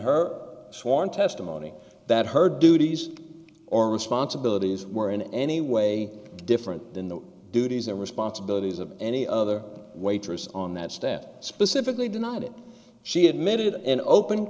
her sworn testimony that her duties or responsibilities were in any way different than the duties and responsibilities of any other waitress on that step specifically denied it she admitted in open